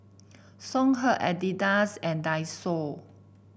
Songhe Adidas and Daiso